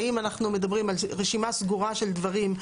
האם אנחנו מדברים על רשימה סגורה של דברים,